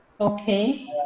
okay